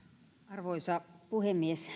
arvoisa puhemies